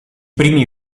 primi